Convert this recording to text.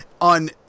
on